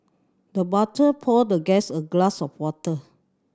the butler poured the guest a glass of water